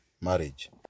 marriage